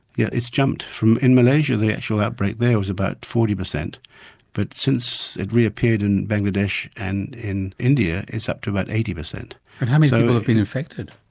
yeah it's jumped. in malaysia the actual outbreak there was about forty percent but since it reappeared in bangladesh and in india it's up to about eighty percent. how many people have been infected?